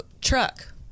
truck